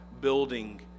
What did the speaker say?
building